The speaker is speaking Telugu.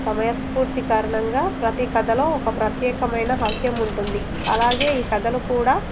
సమయస్ఫూర్తికారణంగా ప్రతీ కథలో ఒక ప్రత్యేకమైన హాస్యం ఉంటుంది అలాగే ఈ కథలు కూడా